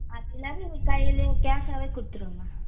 அது இல்லாட்டி நீங்கள் கையில் கேஷாகவே கொடுத்துடுங்க